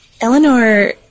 Eleanor